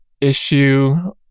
issue